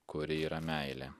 kuri yra meilė